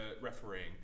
refereeing